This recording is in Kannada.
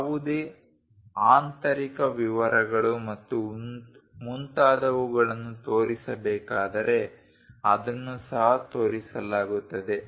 ಯಾವುದೇ ಆಂತರಿಕ ವಿವರಗಳು ಮತ್ತು ಮುಂತಾದವುಗಳನ್ನು ತೋರಿಸಬೇಕಾದರೆ ಅದನ್ನು ಸಹ ತೋರಿಸಲಾಗುತ್ತದೆ